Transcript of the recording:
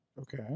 Okay